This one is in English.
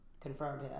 confirmed